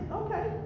okay